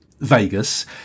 Vegas